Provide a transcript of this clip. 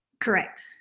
correct